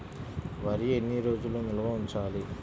వరి ఎన్ని రోజులు నిల్వ ఉంచాలి?